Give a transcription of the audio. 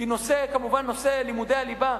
כי כמובן נושא לימודי הליבה,